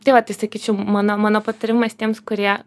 tai va tai sakyčiau mano mano patarimas tiems kurie